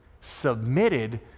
submitted